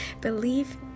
believe